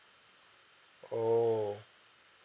oo